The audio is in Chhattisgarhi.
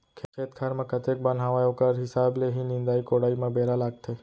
खेत खार म कतेक बन हावय ओकर हिसाब ले ही निंदाई कोड़ाई म बेरा लागथे